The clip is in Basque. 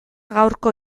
gaurko